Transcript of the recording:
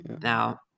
Now